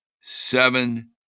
seven